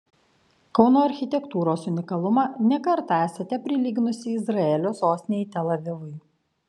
kauno architektūros unikalumą ne kartą esate prilyginusi izraelio sostinei tel avivui